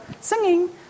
singing